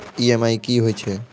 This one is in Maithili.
ई.एम.आई कि होय छै?